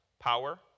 Power